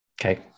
Okay